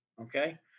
okay